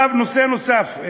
עכשיו נושא נוסף.